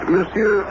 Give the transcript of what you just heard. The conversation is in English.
Monsieur